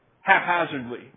haphazardly